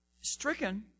stricken